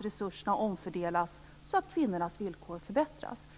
resurserna omfördelas så att kvinnornas villkor förbättras.